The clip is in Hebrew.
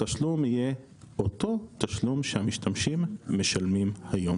התשלום יהיה אותו תשלום שהמשתמשים משלמים היום